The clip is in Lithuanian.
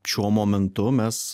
šiuo momentu mes